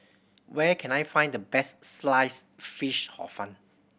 where can I find the best Sliced Fish Hor Fun